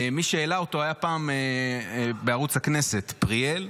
מי שהעלה אותו היה פעם בערוץ הכנסת, פריאל,